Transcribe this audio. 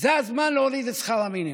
זה הזמן להוריד את שכר המינימום,